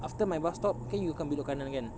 after my bus stop kan you belok kanan kan